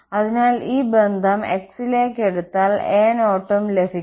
അതിനാൽ ഈ ബന്ധം x ലേക്ക് എടുത്താൽ a0 ഉം ലഭിക്കും